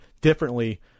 differently